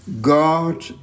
God